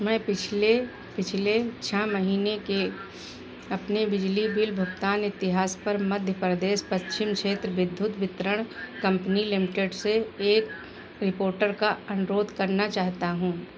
मैं पिछले पिछले छः महीने के अपने बिजली बिल भुगतान इतिहास पर मध्य प्रदेश पश्चिम क्षेत्र विद्युत वितरण कम्पनी लिमिटेड से एक रिपोर्टर का अनुरोध करना चाहता हूँ